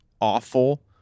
awful